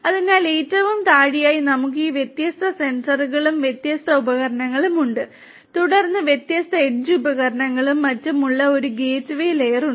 അതിനാൽ ഏറ്റവും താഴെയായി നമുക്ക് ഈ വ്യത്യസ്ത സെൻസറുകളും വ്യത്യസ്ത ഉപകരണങ്ങളും ഉണ്ട് തുടർന്ന് വ്യത്യസ്ത എഡ്ജ് ഉപകരണങ്ങളും മറ്റും ഉള്ള ഒരു ഗേറ്റ്വേ ലെയർ ഉണ്ട്